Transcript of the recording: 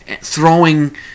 throwing